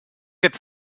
get